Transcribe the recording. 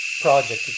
project